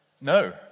no